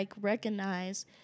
recognize